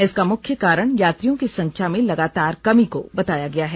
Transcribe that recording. इसका मुख्य कारण यात्रियों की संख्या में लगातार कमी को बताया गया है